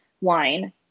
wine